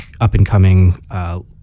up-and-coming